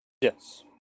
Yes